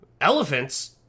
elephants